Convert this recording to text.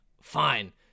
Fine